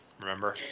remember